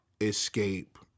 escape